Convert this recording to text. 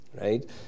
Right